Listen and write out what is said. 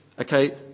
okay